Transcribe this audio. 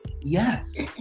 Yes